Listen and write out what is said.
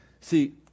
See